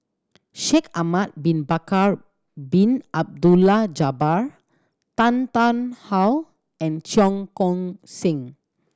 Shaikh Ahmad Bin Bakar Bin Abdullah Jabbar Tan Tarn How and Cheong Koon Seng